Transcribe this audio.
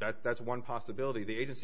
that that's one possibility the agency